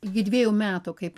iki dvejų metų kaip